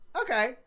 Okay